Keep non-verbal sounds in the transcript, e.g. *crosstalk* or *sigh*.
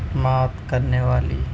*unintelligible* کرنے والی